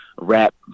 rap